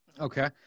Okay